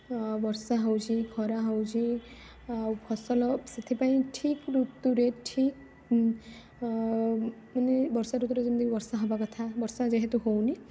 ବର୍ଷା ହେଉଛି ଖରା ହେଉଛି ଆଉ ଫସଲ ସେଥିପାଇଁ ଠିକ୍ ଋତୁରେ ଠିକ୍ ମାନେ ବର୍ଷାଋତୁରେ ଯେମିତି ବର୍ଷା ହେବା କଥା ବର୍ଷା ଯେହେତୁ ହେଉନି